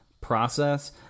process